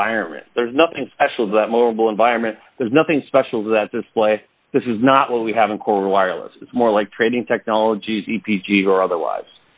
environment there's nothing special that mobile environment there's nothing special that display this is not what we have in core wireless is more like trading technologies e p g or otherwise